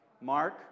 Mark